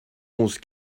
onze